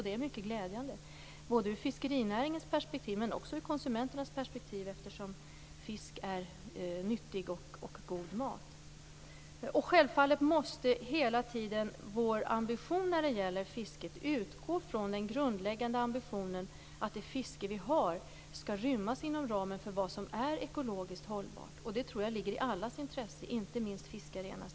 Det är mycket glädjande både ur fiskerinäringens perspektiv och ur konsumenternas perspektiv, eftersom fisk är nyttig och god mat. Självfallet måste vi när det gäller fisket hela tiden utgå från den grundläggande ambitionen att det fiske vi har skall rymmas inom ramen för vad som är ekologiskt hållbart. Det tror jag ligger i allas intresse - inte minst fiskarnas.